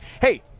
hey